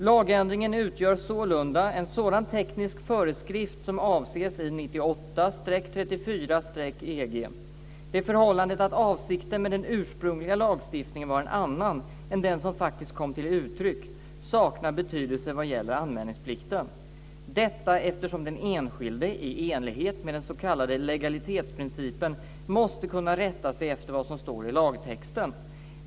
Lagändringen utgör sålunda en sådan teknisk föreskrift som avses i 98 EG. Det förhållandet att avsikten med den ursprungliga lagstiftningen var en annan än den som faktiskt kom till uttryck saknar betydelse vad gäller anmälningsplikten. Detta eftersom den enskilde i enlighet med den s.k. legalitetsprincipen, måste kunna rätta sig efter vad som står i lagtexten.